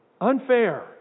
Unfair